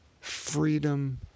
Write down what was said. freedom